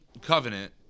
covenant